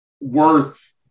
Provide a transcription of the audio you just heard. worth